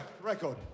record